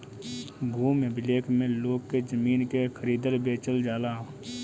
भूमि अभिलेख में लोग के जमीन के खरीदल बेचल जाला